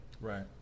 Right